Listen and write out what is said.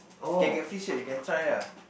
you can get free shirt you can try ah